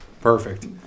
Perfect